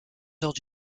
heures